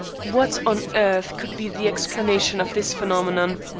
what on earth could be the explanation of this phenomenon.